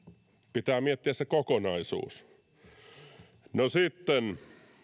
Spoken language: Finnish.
pitää miettiä se kokonaisuus no sitten